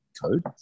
code